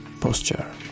posture